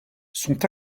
sont